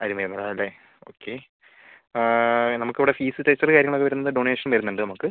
ആരും വരുന്നില്ല അല്ലേ ഓക്കേ നമുക്കിവിടെ ഫീസ് രജിസ്റ്റർ കാര്യങ്ങളൊക്കെ വരുന്നത് ഡൊണേഷൻ വരുന്നുണ്ട് നമുക്ക്